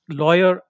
lawyer